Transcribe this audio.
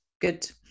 good